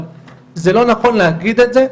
אבל זה לא נכון להגיד את זה,